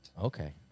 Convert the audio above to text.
Okay